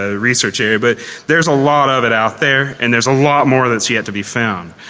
ah research area, but there's a lot of it out there and there's a lot more that is yet to be found.